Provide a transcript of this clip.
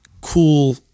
cool